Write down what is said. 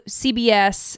cbs